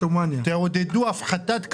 תעודדו הפחתת כמויות.